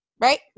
Right